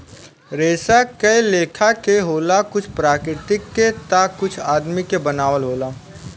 रेसा कए लेखा के होला कुछ प्राकृतिक के ता कुछ आदमी के बनावल होला